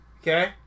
Okay